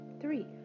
Three